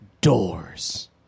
Doors